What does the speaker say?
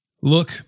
Look